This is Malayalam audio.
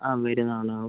ആ വരുന്നതാണോ